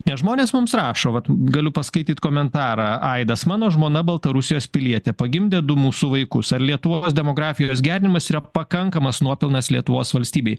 nes žmonės mums rašo vat galiu paskaityt komentarą aidas mano žmona baltarusijos pilietė pagimdė du mūsų vaikus ar lietuvos demografijos gerinimas yra pakankamas nuopelnas lietuvos valstybei